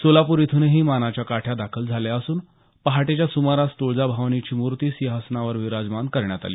सोलापूर इथूनही मानाच्या काठ्या दाखल झाल्या असून पहाटेच्या सुमारास तुळजाभवानीची मूर्ती सिंहासनावर विराजमान करण्यात आली